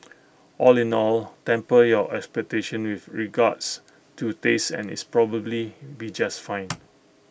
all in all temper your expectations with regards to taste and it's probably be just fine